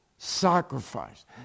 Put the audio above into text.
sacrifice